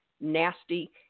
nasty